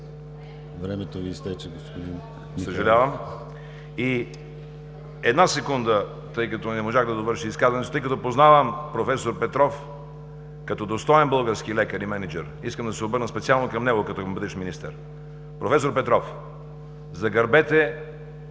Времето Ви изтече, господин Михайлов.